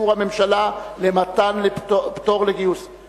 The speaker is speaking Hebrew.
אישור הממשלה למתן פטור לחרדים מגיוס לצה"ל?